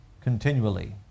continually